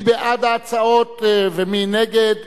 מי בעד ההצעות ומי נגד?